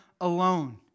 alone